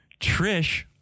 Trish